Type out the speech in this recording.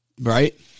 right